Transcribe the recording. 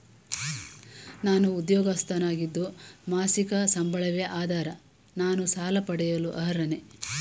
ನಾನು ಉದ್ಯೋಗಸ್ಥನಾಗಿದ್ದು ಮಾಸಿಕ ಸಂಬಳವೇ ಆಧಾರ ನಾನು ಸಾಲ ಪಡೆಯಲು ಅರ್ಹನೇ?